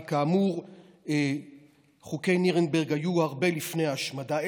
כי כאמור חוקי נירנברג היו הרבה לפני ההשמדה,